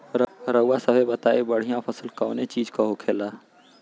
रउआ सभे बताई बढ़ियां फसल कवने चीज़क होखेला?